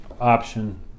option